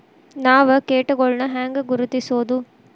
ನಾವ್ ಕೇಟಗೊಳ್ನ ಹ್ಯಾಂಗ್ ಗುರುತಿಸೋದು?